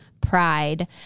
pride